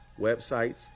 websites